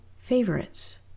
favorites